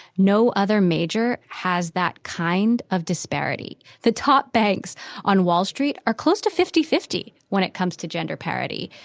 no other major has that kind of disparity. the top banks on wall street are close to fifty-fifty when it comes to gender parity.